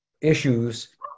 issues